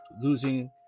losing